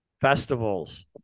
festivals